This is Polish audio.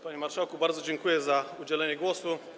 Panie marszałku, bardzo dziękuję za udzielenie głosu.